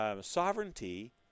Sovereignty